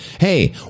hey